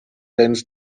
lines